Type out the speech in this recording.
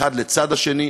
אחד לצד השני,